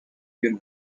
you